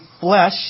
flesh